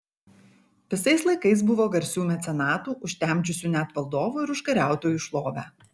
visais laikais buvo garsių mecenatų užtemdžiusių net valdovų ir užkariautojų šlovę